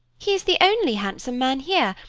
he is the only handsome man here,